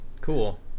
Cool